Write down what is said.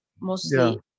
mostly